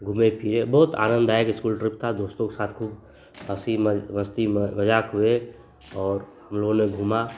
घूमे फिरे बहुत आनन्ददायक इस्कूल ट्रिप था दोस्तों के साथ खूब हँसी मौज़ मस्ती मजाक हुए और हमलोगों ने घूमा